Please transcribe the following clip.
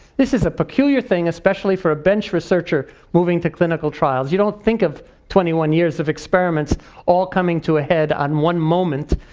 this is a peculiar thing, especially for a bench researcher moving to clinical trials. you don't think of twenty one years of experiments all coming to a head on one moment,